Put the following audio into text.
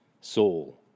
Soul